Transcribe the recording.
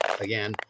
again